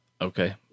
Okay